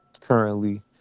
currently